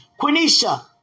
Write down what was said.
Quenisha